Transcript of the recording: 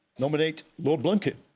nominate lord blunkett.